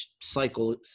cycle